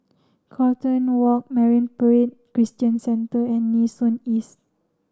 Carlton Walk Marine Parade Christian Centre and Nee Soon East